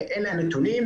אלה הנתונים.